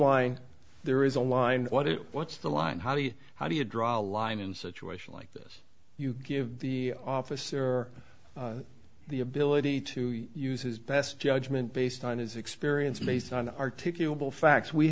line there is a line what it wants the line how do you how do you draw a line in situations like this you give the officer the ability to use his best judgment based on his experience based on articulable facts we